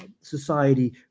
society